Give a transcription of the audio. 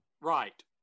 Right